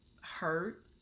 hurt